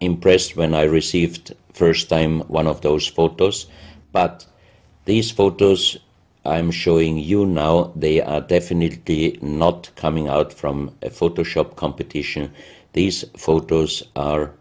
impressed when i received the first time one of those photos but these photos i'm showing you now they are definitely the not coming out from a photoshop competition these photos are